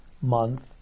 month